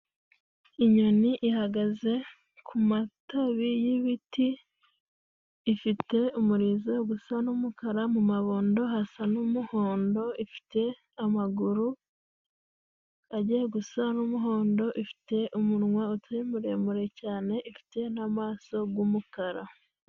Inyoni ihagaze ku matabi y'ibiti, ifite umurizo gusa n'umukara, mu mabondo hasa n'umuhondo, ifite amaguru agiye gusa n'umuhondo, ifite umunwa utari muremure cane, ifite n'amaso g'umukara.